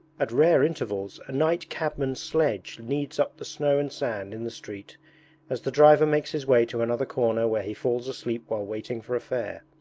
at rare intervals a night-cabman's sledge kneads up the snow and sand in the street as the driver makes his way to another corner where he falls asleep while waiting for a fare.